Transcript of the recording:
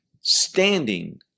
standing